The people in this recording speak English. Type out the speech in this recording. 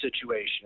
situation